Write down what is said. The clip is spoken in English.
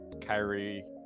Kyrie